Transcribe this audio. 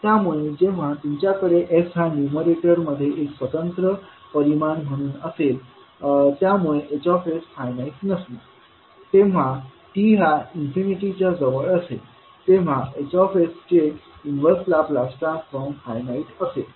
त्यामुळे जेव्हा तुमच्याकडे s हा न्यूमरेटरमध्ये एक स्वतंत्र परिमाण म्हणून असेल त्यामुळे Hफाइनाइट नसणार तेव्हा t हा इन्फिनिटीच्या जवळ असेल तेव्हा Hचे इन्वर्स लाप्लास ट्रान्सफॉर्म फाइनाइट असेल